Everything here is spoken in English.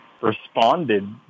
responded